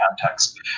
context